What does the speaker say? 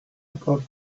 about